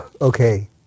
Okay